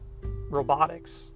robotics